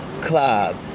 club